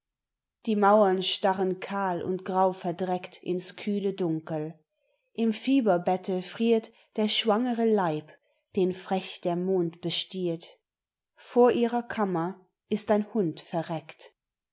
die mauern starren kahl und grauverdreckt ins kühle dunkel im fieberbette friert der schwangere leib den frech der mond bestiert vor ihrer kammer ist ein hund verreckt